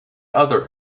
other